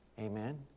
Amen